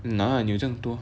拿你有那么多